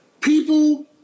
People